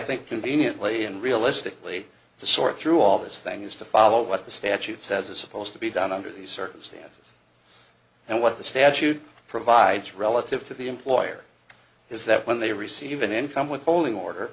think conveniently and realistically to sort through all this thing is to follow what the statute says is supposed to be done under these circumstances and what the statute provides relative to the employer is that when they receive an income withholding order